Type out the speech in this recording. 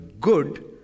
good